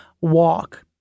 walk